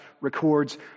records